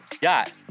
got